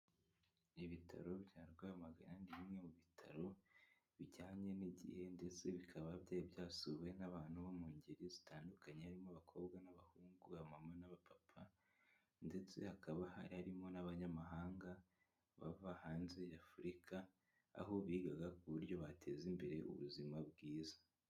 Ibitaro bya Rwamagana, ni bimwe mu bitaro bijyanye n'igihe ndetse bikaba byari byasuwe n'abantu bo mu ngeri zitandukanye, harimo abakobwa n'abahungu, abamama n'abapapa ndetse hakaba hari harimo n'abanyamahanga bava hanze y'Afurika, aho bigaga ku buryo bateza imbere ubuzima bwiza.